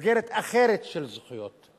מסגרת אחרת של זכויות.